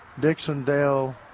Dixondale